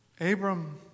Abram